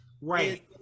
right